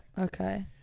Okay